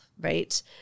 right